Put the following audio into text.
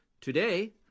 Today